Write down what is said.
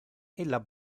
illa